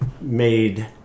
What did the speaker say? made